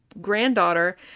granddaughter